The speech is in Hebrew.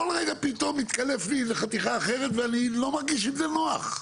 כל רגע פתאום מתקלף לי איזה חתיכה אחרת ואני לא מרגיש עם זה נוח.